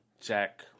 Jack